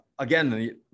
Again